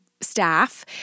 Staff